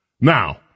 Now